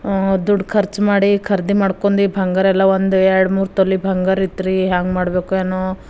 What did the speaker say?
ದುಡ್ಡು ಖರ್ಚು ಮಾಡಿ ಖರೀದಿ ಮಾಡ್ಕೊಂಡು ಬಂಗಾರೆಲ್ಲ ಒಂದು ಎರಡು ಮೂರು ತೊಲಿ ಬಂಗಾರ ಇತ್ರಿ ಹೇಗೆ ಮಾಡ್ಬೇಕೋ ಏನೋ